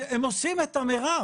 אז הם עושים את המירב,